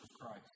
Christ